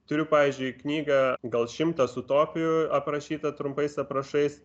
turiu pavyzdžiui knygą gal šimtas utopijų aprašyta trumpais aprašais